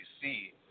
see